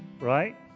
Right